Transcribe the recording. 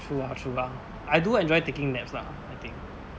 true lah true lah I do enjoy taking naps lah I think